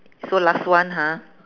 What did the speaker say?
so last one ha